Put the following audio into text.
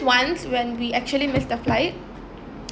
once when we actually missed the flight